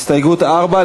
הסתייגות 4,